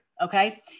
okay